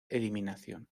eliminación